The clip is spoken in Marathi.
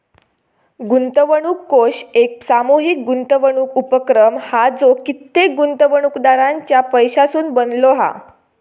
गुंतवणूक कोष एक सामूहीक गुंतवणूक उपक्रम हा जो कित्येक गुंतवणूकदारांच्या पैशासून बनलो हा